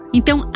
Então